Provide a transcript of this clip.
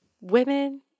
women